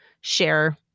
share